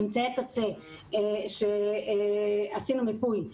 עשינו מיפוי,